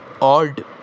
odd